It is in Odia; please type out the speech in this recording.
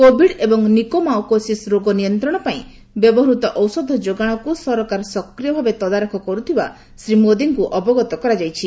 କୋଭିଡ ଏବଂ ନିକୋମାଓକୋସିସ୍ ରୋଗ ନିୟନ୍ତ୍ରଣ ପାଇଁ ବ୍ୟବହୃତ ଔଷଧଗୁଡିକ ଯୋଗାଣକୁ ସରକାର ସକ୍ରିୟ ଭାବେ ତଦାରଖ କରୁଥିବା ଶ୍ରୀ ମୋଦୀଙ୍କୁ ଅବଗତ କରାଯାଇଛି